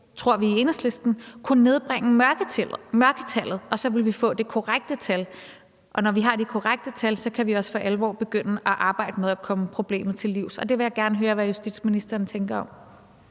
tror vi i Enhedslisten, kunne nedbringe mørketallet, og så vil vi få det korrekte tal. Og når vi har det korrekte tal, kan vi også for alvor begynde at arbejde med at komme problemet til livs. Det vil jeg gerne høre hvad justitsministeren tænker om.